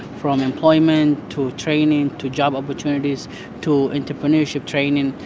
from employment to training to job opportunities to entrepreneurship training.